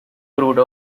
crude